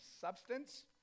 substance